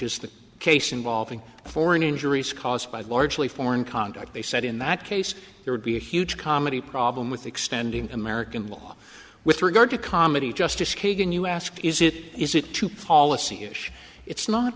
is the case involving foreign injuries caused by largely foreign conduct they said in that case there would be a huge comedy problem with extending american law with regard to comedy justice kagan you ask is it is it too policy issue it's not